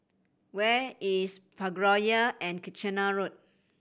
where is Parkroyal and Kitchener Road